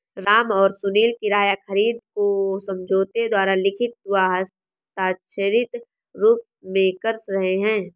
राम और सुनील किराया खरीद को समझौते द्वारा लिखित व हस्ताक्षरित रूप में कर रहे हैं